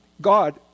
God